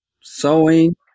sewing